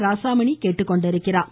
ராசாமணி கேட்டுக்கொண்டுள்ளார்